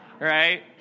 right